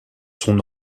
son